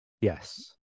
Yes